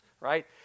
right